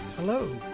Hello